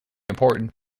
important